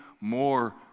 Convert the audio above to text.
more